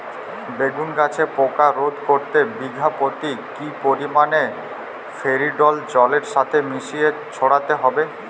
বেগুন গাছে পোকা রোধ করতে বিঘা পতি কি পরিমাণে ফেরিডোল জলের সাথে মিশিয়ে ছড়াতে হবে?